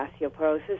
osteoporosis